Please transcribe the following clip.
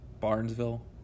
Barnesville